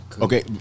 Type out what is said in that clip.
Okay